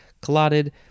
clotted